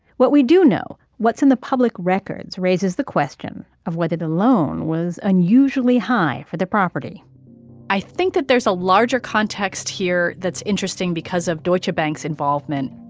what we do know, what's in the public records, raises the question of whether the loan was unusually high for the property i think that there's a larger context here that's interesting because of deutsche bank's involvement,